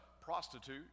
prostitute